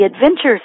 adventures